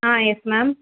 ah yes ma'am